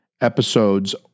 episodes